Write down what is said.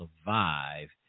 Survive